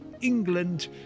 England